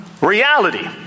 reality